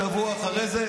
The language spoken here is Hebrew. שבוע אחרי זה,